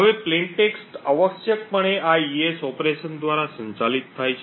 હવે સાદા ટેક્સ્ટ આવશ્યકપણે આ એઇએસ ઓપરેશન દ્વારા સંચાલિત થાય છે